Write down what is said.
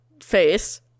face